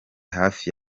hafi